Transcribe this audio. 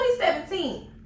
2017